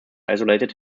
isolated